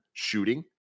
Shooting